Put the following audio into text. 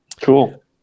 cool